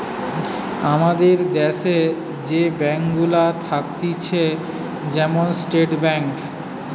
আমাদের দ্যাশে যে ব্যাঙ্ক গুলা থাকতিছে যেমন স্টেট ব্যাঙ্ক